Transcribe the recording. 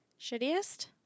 Shittiest